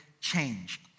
change